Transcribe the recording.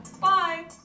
Bye